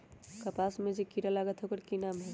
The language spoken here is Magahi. कपास में जे किरा लागत है ओकर कि नाम है?